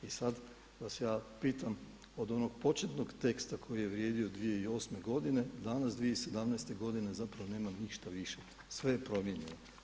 I sada vas ja pitam od onog početnog teksta koji je vrijedio 2008. godine danas 2017. godine zapravo nema ništa više, sve je promijenjeno.